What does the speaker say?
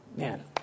Man